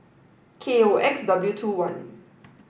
K O X W two one